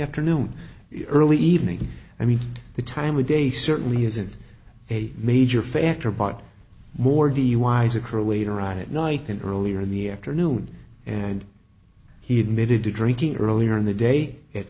afternoon early evening i mean the time of day certainly isn't a major factor but more duis occur later on at night and earlier in the afternoon and he admitted to drinking earlier in the day at